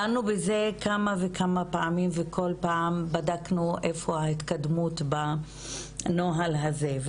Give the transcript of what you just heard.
דנו בזה כמה וכמה פעמים וכל פעם בדקנו איפה ההתקדמות בנוהל הזה,